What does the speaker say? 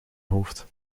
hoofd